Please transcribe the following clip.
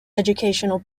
educational